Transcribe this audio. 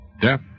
Death